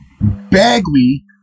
Bagley